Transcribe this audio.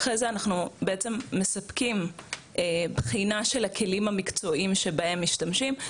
אחרי זה אנחנו בעצם מספקים בחינה של הכלים המקצועיים שבהם משתמשים.